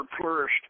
flourished